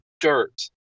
dirt